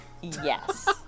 Yes